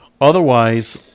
Otherwise